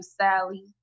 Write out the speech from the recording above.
Sally